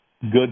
Good